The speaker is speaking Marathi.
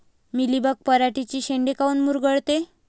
मिलीबग पराटीचे चे शेंडे काऊन मुरगळते?